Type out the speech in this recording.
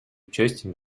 участие